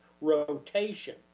rotation